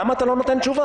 למה אתה לא נותן תשובה?